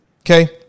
okay